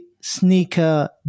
sneaker